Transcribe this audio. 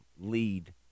lead